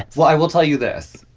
well, i will tell you this.